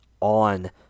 on